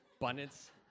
abundance